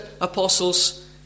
apostles